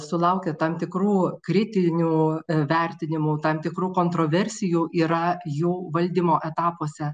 sulaukia tam tikrų kritinių vertinimų tam tikrų kontroversijų yra jų valdymo etapuose